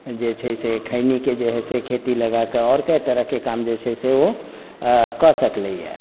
जे छै से खैनीके जे छै से खेती लगा कऽ आओर कए तरहके काम जे छै से ओ कऽ सकलैए